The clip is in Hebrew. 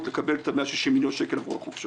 לקבל את ה-160 מיליון שקלים עבור החופשות.